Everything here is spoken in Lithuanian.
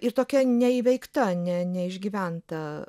ir tokia neįveikta ne neišgyventa